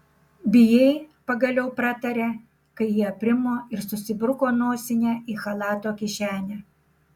bijai pagaliau pratarė kai ji aprimo ir susibruko nosinę į chalato kišenę